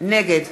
נגד